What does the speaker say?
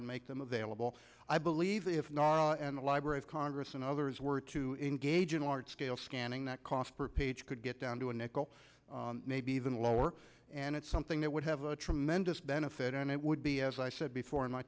and make them available i believe if not and the library of congress and others were to engage in large scale scanning that cost per page could get down to a nickel maybe even lower and it's something that would have a tremendous benefit and it would be as i said before